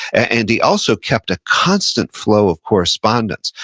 and he also kept a constant flow of correspondence.